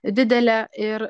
didelė ir